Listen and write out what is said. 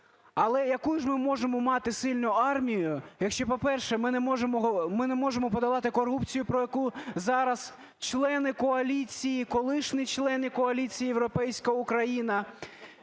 Але яку ж ми можемо мати сильну армію, якщо, по-перше, ми не можемо подолати корупцію, про яку зараз члени коаліції, колишні члени коаліції "Європейська Україна"